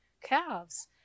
calves